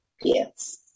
yes